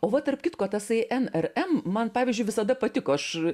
o va tarp kitko tasai n r m man pavyzdžiui visada patiko aš